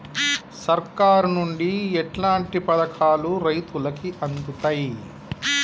సర్కారు నుండి ఎట్లాంటి పథకాలు రైతులకి అందుతయ్?